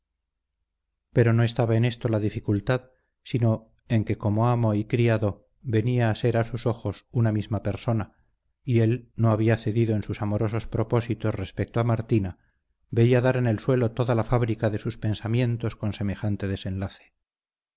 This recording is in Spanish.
pero no estaba en esto la dificultad sino en que como amo y criado venían a ser a sus ojos una misma persona y él no había cedido en sus amorosos propósitos respecto a martina veía dar en el suelo toda la fábrica de sus pensamientos con semejante desenlace